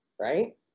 right